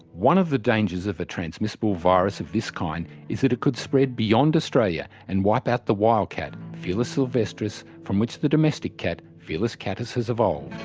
one of the dangers of a transmissible virus of this kind is that it could spread beyond australia and wipe out the wild cat felis silvestris, from which the domestic cat, felis catus has evolved.